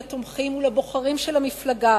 לתומכים ולבוחרים של המפלגה,